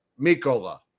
Mikola